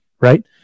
right